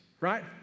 right